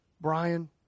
Brian